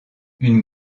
une